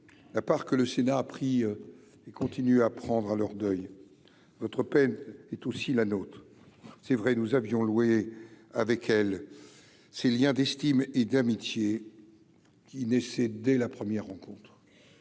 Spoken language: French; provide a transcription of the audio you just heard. la part que le Sénat a pris et continue à prendre à leur deuil votre peine est aussi la note, c'est vrai, nous avions loué avec elle ses Liens d'estime et d'amitié qui c'est dès la première rencontre,